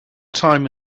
time